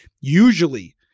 usually-